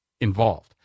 involved